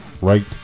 right